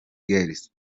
girls